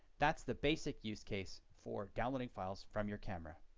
that's the basic use case for downloading files from your camera.